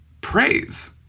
praise